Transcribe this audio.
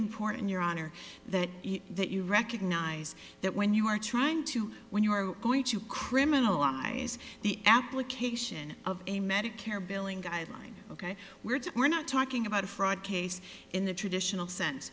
important your honor that that you recognize that when you are trying to win you are going to criminalize the application of a medicare billing guideline ok we're just we're not talking about a fraud case in the traditional sense